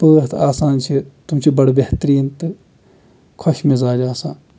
پٲتھ آسان چھِ تم چھِ بَڑٕ بہتریٖن تہٕ خۄش مِزاج آسان